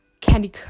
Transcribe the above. candy